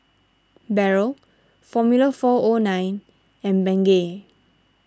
Barrel formula four O nine and Bengay